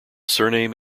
surname